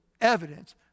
evidence